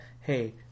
Hey